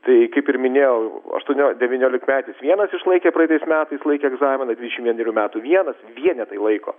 tai kaip ir minėjau aštuonio devyniolikmetis vienas išlaikė praeitais metais laikė egzaminą dvidešimt vienerių metų vienas nienetai laiko